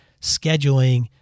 scheduling